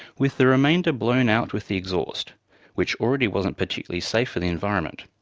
with the remainder blown out with the exhaust which already wasn't particularly safe for the environment.